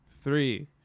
Three